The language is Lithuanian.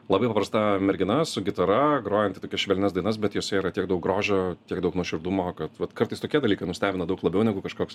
labai paprasta mergina su gitara grojanti tokias švelnias dainas bet jose yra tiek daug grožio tiek daug nuoširdumo kad vat kartais tokie dalykai nustebina daug labiau negu kažkoks